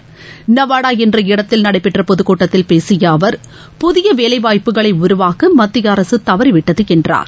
திரு நவாடா என்ற இடத்தில் நடைபெற்ற பொதுக்கூட்டத்தில் பேசிய அவர் புதிய வேலை வாய்ப்புகளை உருவாக்க மத்திய அரசு தவறிவிட்டது என்றார்